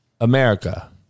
America